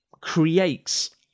creates